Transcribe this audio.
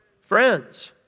Friends